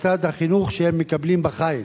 בצד החינוך שהם מקבלים בחיל.